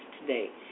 today